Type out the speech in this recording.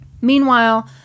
Meanwhile